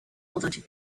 although